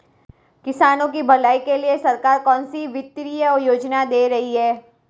किसानों की भलाई के लिए सरकार कौनसी वित्तीय योजना दे रही है?